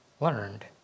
learned